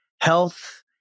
health